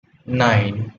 nine